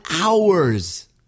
hours